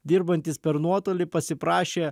dirbantis per nuotolį pasiprašė